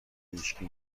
هیشکی